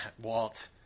Walt